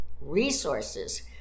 resources